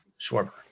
Schwarber